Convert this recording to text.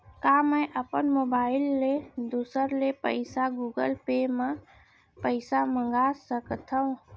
का मैं अपन मोबाइल ले दूसर ले पइसा गूगल पे म पइसा मंगा सकथव?